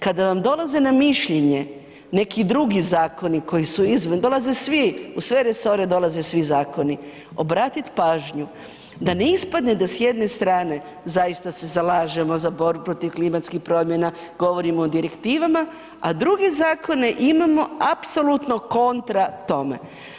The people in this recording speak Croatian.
Kada vam dolaze na mišljenje neki drugi zakoni koji su izvan, dolaze svi, u sve resore dolaze svi zakoni, obratit pažnju da ne ispadne da s jedne strane zaista se zalažemo za borbu protiv klimatskih promjena, govorimo o direktivama, a druge zakone imamo apsolutno kontra tome.